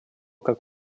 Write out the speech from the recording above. как